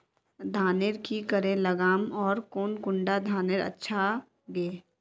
धानेर की करे लगाम ओर कौन कुंडा धानेर अच्छा गे?